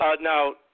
Now